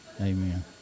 Amen